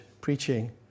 preaching